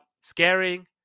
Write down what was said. scaring